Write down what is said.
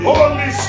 Holy